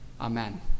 Amen